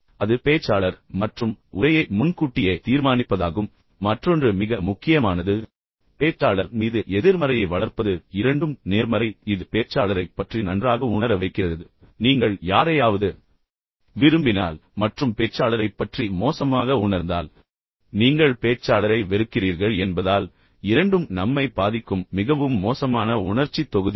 எனவே அது பேச்சாளர் மற்றும் உரையை முன்கூட்டியே தீர்மானிப்பதாகும் மற்றொன்று மிக முக்கியமானது பேச்சாளர் மீது எதிர்மறையை வளர்ப்பது இரண்டும் நேர்மறை இது பேச்சாளரைப் பற்றி நன்றாக உணர வைக்கிறது நீங்கள் யாரையாவது விரும்பினால் மற்றும் பேச்சாளரைப் பற்றி மோசமாக உணர்ந்தால் நீங்கள் பேச்சாளரை வெறுக்கிறீர்கள் என்பதால் இரண்டும் நம்மை பாதிக்கும் மிகவும் மோசமான உணர்ச்சித் தொகுதிகள்